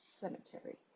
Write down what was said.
cemetery